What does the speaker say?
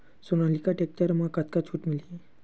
Sonalika tractor म कतका छूट मिलही?